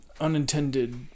unintended